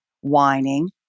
whining